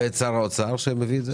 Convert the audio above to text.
ואת שר האוצר שמביא את זה.